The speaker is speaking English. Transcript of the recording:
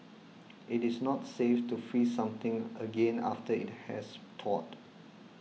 it is not safe to freeze something again after it has thawed